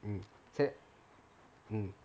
mm mm